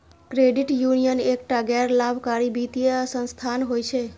credit union एकटा गैर लाभकारी वित्तीय संस्थान होइ छै